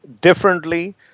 differently